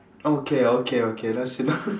okay okay okay that's enough